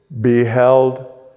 beheld